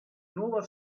nuova